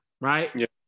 right